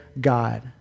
God